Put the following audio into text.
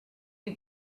you